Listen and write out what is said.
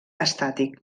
estàtic